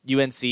UNC